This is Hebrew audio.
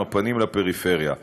עם הפנים לפריפריה,